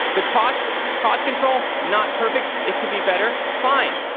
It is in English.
the cost the cost control, not perfect, it could be better, fine,